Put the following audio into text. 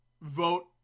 vote